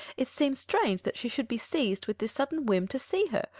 it seems strange that she should be seized with this sudden whim to see her,